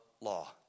law